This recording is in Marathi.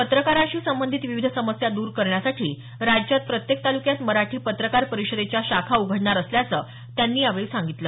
पत्रकारांशी संबंधित विविध समस्या द्र करण्यासाठी राज्यात प्रत्येक तालुक्यात मराठी पत्रकार परिषदेच्या शाखा उघडणार असल्याचं त्यांनी यावेळी सांगितलं